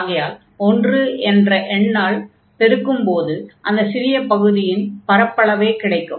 ஆகையால் ஒன்று என்ற எண்ணால் பெருக்கும்போது அந்த சிறிய பகுதியின் பரப்பளவே கிடைக்கும்